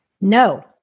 No